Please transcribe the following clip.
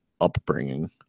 upbringing